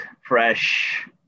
fresh